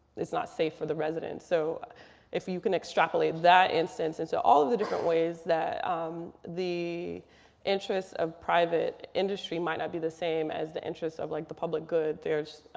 it's not safe for the residents. so if you can extrapolate that instance into all of the different ways that um the interests of private industry might not be the same as the interests of like the public good. i